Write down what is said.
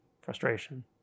Frustration